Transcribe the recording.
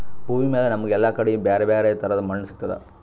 ಭೂಮಿಮ್ಯಾಲ್ ನಮ್ಗ್ ಎಲ್ಲಾ ಕಡಿ ಬ್ಯಾರೆ ಬ್ಯಾರೆ ತರದ್ ಮಣ್ಣ್ ಸಿಗ್ತದ್